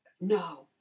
No